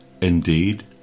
Indeed